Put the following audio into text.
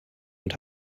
und